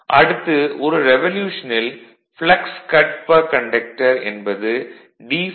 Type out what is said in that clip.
அடுத்து ஒரு ரெவல்யூஷனில் ப்ளக்ஸ் கட் பெர் கண்டக்டர் என்பது d∅ P ∅ வெபர்